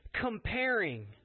comparing